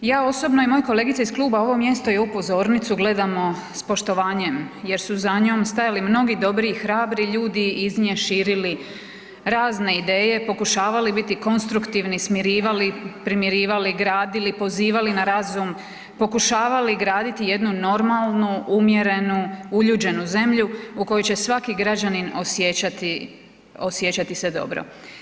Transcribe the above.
Ja osobno i moje kolegice iz kluba ovo mjesto i ovu pozornicu gledamo s poštovanjem jer su za njom stajali mnogi dobri i hrabri ljudi i iz ne širili razne ideje, pokušavali biti konstruktivni, smirivali, primirivali, gradili, pozivali na razum, pokušavali graditi jednu normalnu umjerenu, uljuđenu zemlju u kojoj će se svaki građanin osjećati dobro.